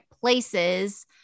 places